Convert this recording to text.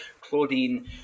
Claudine